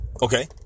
Okay